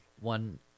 One